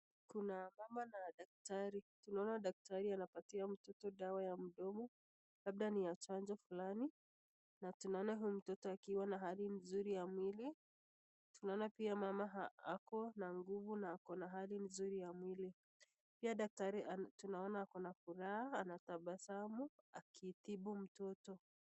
Kuna mama na daktari, tunaona daktari anapatia mtoto dawa ya mdomo, labda ni ya chanjo fulani, na tunaona huyu mtoto akiwa na hali nzuri ya mwili, tunaona pia mama ako na nguvu na ako na hali nzuri ya mwili, pia daktari tunaona ako na furaha, anatabasamu akitibu mtoto.